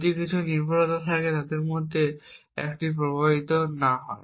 যদি কিছু নির্ভরতা থাকে এবং তাদের মধ্যে একটি প্রভাবিত না হয়